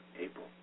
April